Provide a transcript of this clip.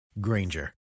Granger